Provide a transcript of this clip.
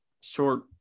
short